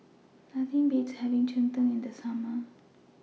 Nothing Beats having Cheng Tng in The Summer